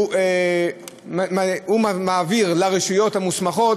הוא מעביר אותו לרשויות המוסמכות,